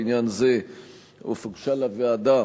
בעניין זה אף הוגשה לוועדה